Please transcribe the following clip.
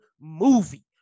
movie